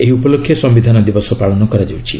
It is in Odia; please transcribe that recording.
ଏହି ଉପଲକ୍ଷେ ସମ୍ଭିଧାନ ଦିବସ ପାଳନ କରାଯାଉଛି